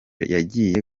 yagiye